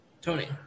tony